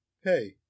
hey